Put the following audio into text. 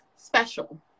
special